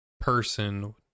person